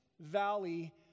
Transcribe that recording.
valley